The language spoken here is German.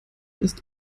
ist